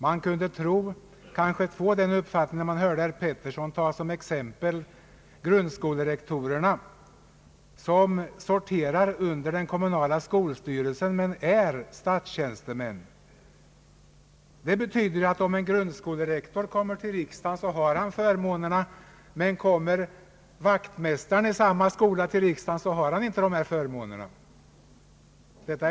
Man kunde få den uppfattningen, när man hörde herr Pettersson ta som exempel grundskolerektorerna, vilka sorterar under den kommunala skolstyrelsen men är statstjänstemän. Det betyder att om en grundskolerektor kommer in i riksdagen så får han förmånerna, men om vaktmästaren i samma skola blir riksdagsman så får han inte dessa förmåner.